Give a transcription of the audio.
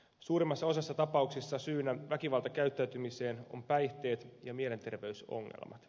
suurimmassa osassa tapauksista syynä väkivaltakäyttäytymiseen ovat päihteet ja mielenterveysongelmat